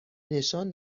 نشان